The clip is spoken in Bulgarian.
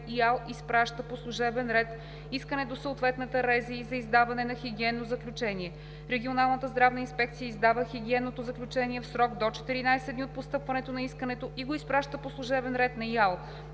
ИАЛ изпраща по служебен ред искане до съответната РЗИ за издаване на хигиенно заключение. Регионалната здравна инспекция издава хигиенното заключение в срок до 14 дни от постъпване на искането и го изпраща по служебен ред на ИАЛ.